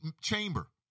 chamber